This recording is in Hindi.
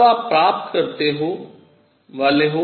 तब आप प्राप्त करने वाले हैं